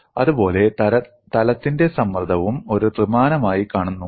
അതുപോലെ തലത്തിന്റെ സമ്മർദ്ദവും ഒരു ത്രിമാനമായി കാണുന്നു